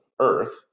Earth